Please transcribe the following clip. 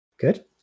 Good